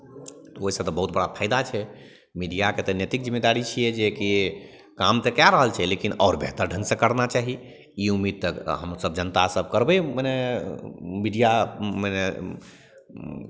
ओहिसँ तऽ बहुत बड़ा फाइदा छै मीडियाके तऽ नैतिक जिम्मेदारी छियै कि काम तऽ कए रहल छै लेकिन आओर बेहतर ढङ्गसँ करना चाही ई उम्मीद तऽ हमसभ जनतासभ करबै मने मीडिया मने